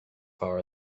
far